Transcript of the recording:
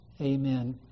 amen